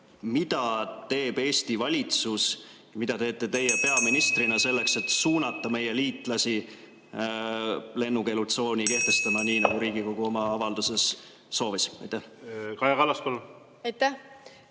Mida teeb Eesti valitsus, mida teete teie peaministrina selleks, et suunata meie liitlasi lennukeelutsooni kehtestama, nii nagu Riigikogu oma avalduses soovis? Kaja Kallas,